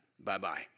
bye-bye